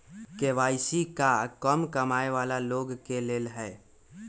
KYC का कम कमाये वाला लोग के लेल है?